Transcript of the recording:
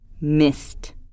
missed